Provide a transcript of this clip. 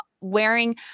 wearing